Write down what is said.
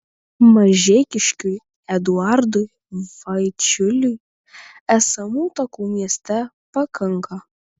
mažeikiškiui eduardui vaičiuliui esamų takų mieste pakanka